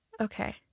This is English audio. Okay